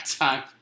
time